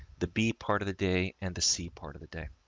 the b part of the day and the c part of the day.